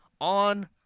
On